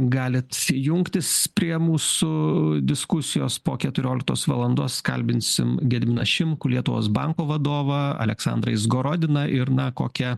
galit jungtis prie mūsų diskusijos po keturioliktos valandos kalbinsim gediminą šimkų lietuvos banko vadovą aleksandrą izgorodiną ir na kokią